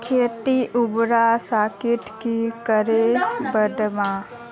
खेतीर उर्वरा शक्ति की करे बढ़ाम?